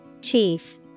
Chief